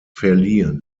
verliehen